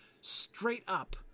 straight-up